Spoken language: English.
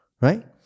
Right